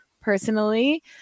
personally